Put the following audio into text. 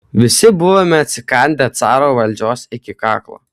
visi buvome atsikandę caro valdžios iki kaklo